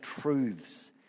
truths